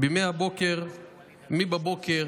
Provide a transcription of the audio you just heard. מי בבוקר